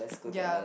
ya